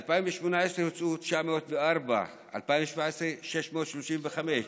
ב-2018 הוצאו 904, ב-2017, 635,